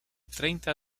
treinta